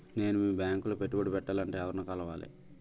నేను మీ బ్యాంక్ లో పెట్టుబడి పెట్టాలంటే ఎవరిని కలవాలి?